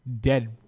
dead